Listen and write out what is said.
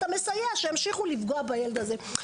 אתה מסייע שימשיכו לפגוע בילד הזה.